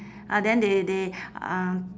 ah then they they uh